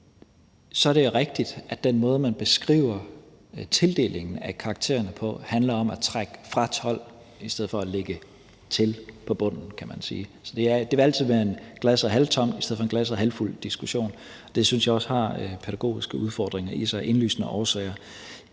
er. Så er det jo rigtigt, at den måde, man beskriver tildelingen af karaktererne på, handler om at trække fra 12 i stedet for at lægge til i bunden, kan man sige. Så det vil altid være en glasset er halvtomt eller glasset er halvfyldt-diskussion. Det synes jeg også har en pædagogisk udfordring i sig af indlysende årsager.